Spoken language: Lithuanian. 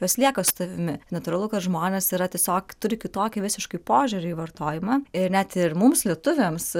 jos lieka su tavimi natūralu kad žmonės yra tiesiog turi kitokį visiškai požiūrį į vartojimą ir net ir mums lietuviams